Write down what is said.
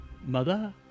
Mother